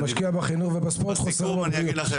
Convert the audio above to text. אתה משקיע בחינוך ובספורט, חוסך בבריאות.